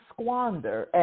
squander